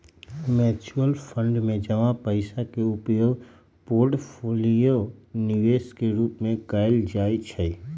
mutual fund में जमा पइसा के उपयोग पोर्टफोलियो निवेश के रूपे कएल जाइ छइ